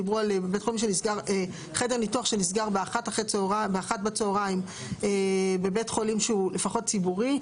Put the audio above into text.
דיברו על חדר ניתוח שנסגר באחת בצהריים בבית חולים שהוא לפחות ציבורי,